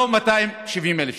לא 270,000 שקל.